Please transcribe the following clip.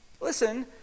listen